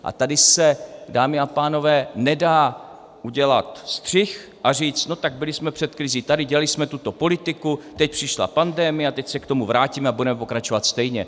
A tady se, dámy a pánové, nedá udělat střih a říct: no tak byli jsme před krizí tady , dělali jsme tuto politiku, teď přišla pandemie a teď se k tomu vrátíme a budeme pokračovat stejně.